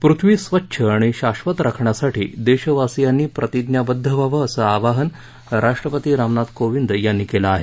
पृथ्वी स्वच्छ आणि शाश्वत राखण्यासाठी देशवासियांनी प्रतिज्ञाबद्द व्हावं असं आवाहन राष्ट्रपती रामनाथ कोविंद यांनी केलं आहे